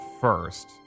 first